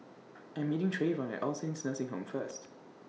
I Am meeting Treyvon At L Saints Nursing Home First